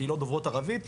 לקהילות דוברות ערבית,